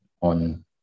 on